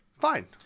Fine